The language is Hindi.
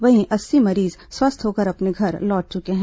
वहीं अस्सी मरीज स्वस्थ होकर अपने घर लौट चुके हैं